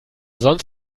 sonst